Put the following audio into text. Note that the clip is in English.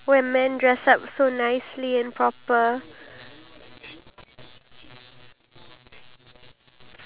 no no as in like a thing so for example you want to bring your iphone there then what will you do with your iphone